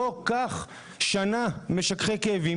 קח משככי כאבים